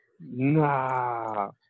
nah